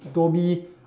dolby